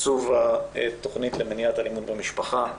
תקצוב התוכנית למניעת אלימות במשפחה,